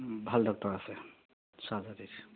ভাল ডক্টৰ আছে চাৰ্জাৰীৰ